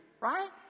right